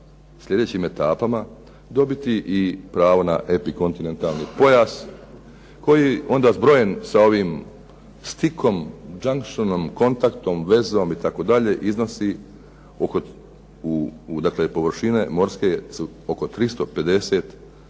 sljedećim etapama dobiti pravo i na epikontinentalni pojas, koji onda zbrojen sa ovim stickom, junctionom, kontaktom, vezom itd. iznosi morske površine oko 350